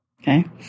Okay